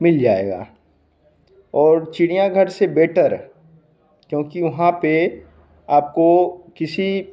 मिल जाएगा और चिड़ियाघर से बेटर क्योंकि वहाँ पर आपको किसी